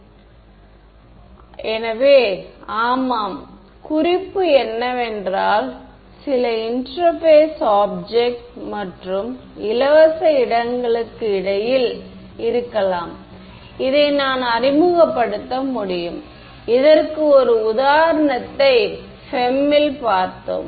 மாணவர் எனவே ஆமாம் குறிப்பு என்னவென்றால் சில இன்டெர்பேஸ் ஆப்ஜெக்ட் மற்றும் இலவச இடங்களுக்கு இடையில் இருக்கலாம் இதை நான் அறிமுகப்படுத்த முடியும் இதற்கு ஒரு உதாரணத்தை FEM இல் பார்த்தோம்